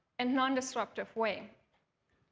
and non-disruptive way.